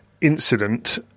incident